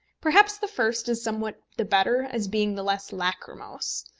perhaps the first is somewhat the better, as being the less lachrymose.